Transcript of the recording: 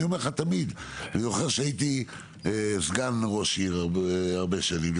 אני זוכר שהייתי סגן ראש עיר הרבה שנים,